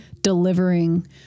delivering